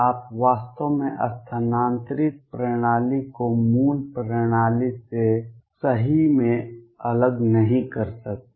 आप वास्तव में स्थानांतरित प्रणाली को मूल प्रणाली से सही में अलग नहीं कर सकते